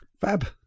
Fab